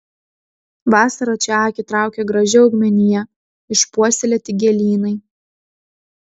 vasarą čia akį traukia graži augmenija išpuoselėti gėlynai